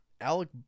Alec